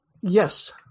Yes